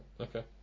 okay